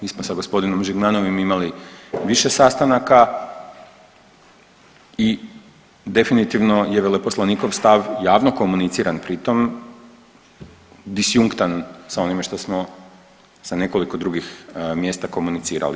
Mi smo sa gospodinom Žigmanovim imali više sastanaka i definitivno je veleposlanikov stav javno komuniciran pritom, disjunktan sa onime što smo sa nekoliko drugih mjesta komunicirali.